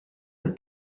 een